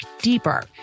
deeper